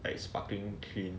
like sparkling clean